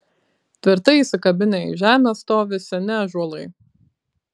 tvirtai įsikabinę į žemę stovi seni ąžuolai